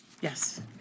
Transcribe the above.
yes